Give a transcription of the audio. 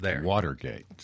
Watergate